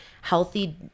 healthy